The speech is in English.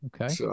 Okay